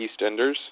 EastEnders